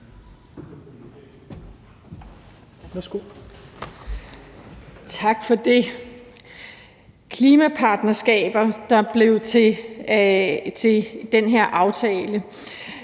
Tak for det. Det var klimapartnerskaber, der blev til den her aftale.